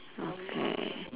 okay